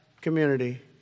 community